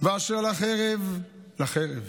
ואשר לחרב לחרב